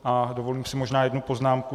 A dovolím si možná jednu poznámku.